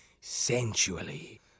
sensually